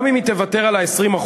גם אם היא תוותר על ה-20%